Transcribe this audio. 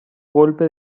golpe